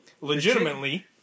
legitimately